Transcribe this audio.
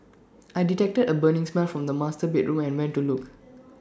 I detected A burning smell from the master bedroom and went to look